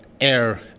air